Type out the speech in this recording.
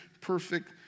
perfect